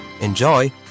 Enjoy